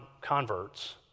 converts